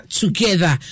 together